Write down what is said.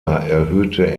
erhöhte